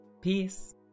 peace